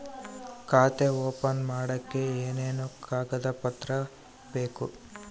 ಖಾತೆ ಓಪನ್ ಮಾಡಕ್ಕೆ ಏನೇನು ಕಾಗದ ಪತ್ರ ಬೇಕು?